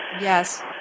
Yes